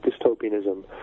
dystopianism